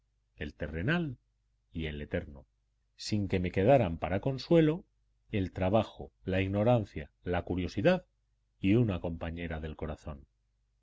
el terrenal y el eterno sin que me quedaran para consuelo el trabajo la ignorancia la curiosidad y una compañera del corazón